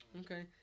okay